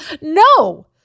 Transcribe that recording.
No